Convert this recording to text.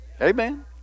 Amen